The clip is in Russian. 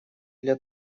для